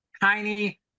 tiny